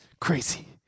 crazy